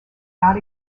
not